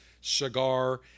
cigar